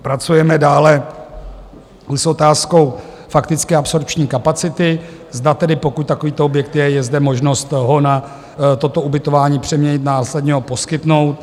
Pracujeme dále buď s otázkou faktické absorpční kapacity, zda tedy, pokud takovýto objekt je, je zde možnost ho na toto ubytování přeměnit, následně ho poskytnout.